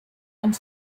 and